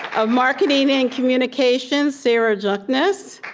of marketing and communications, sarah jukness.